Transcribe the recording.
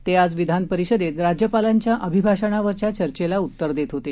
ते आज विधानपरिषदेत राज्यपालांच्या अभिभाषणावरच्या चर्चेला उत्तर देत होते